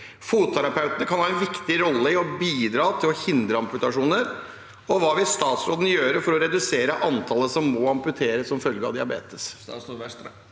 Fotterapeutene kan ha en viktig rolle i å bidra til å hindre amputasjoner. Hva vil statsråden gjøre for å redusere antallet som må amputere som følge av diabetes?»